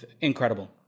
incredible